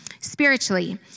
Spiritually